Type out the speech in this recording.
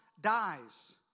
dies